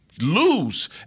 lose